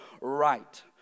right